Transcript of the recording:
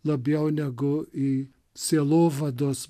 labiau negu į sielovados